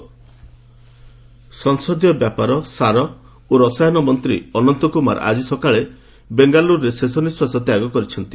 ଅନନ୍ତକୁମାର ସଂସଦୀୟ ବ୍ୟାପାର ସାର ଓ ରସାୟନ ମନ୍ତ୍ରୀ ଅନନ୍ତକୁମାର ଆଜି ସକାଳେ ବେଙ୍ଗାଲୁରୁରେ ଶେଷ ନିଶ୍ୱାସ ତ୍ୟାଗ କରିଛନ୍ତି